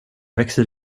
växer